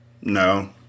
No